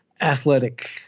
athletic